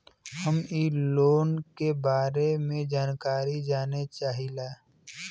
हम इ लोन के बारे मे जानकारी जाने चाहीला?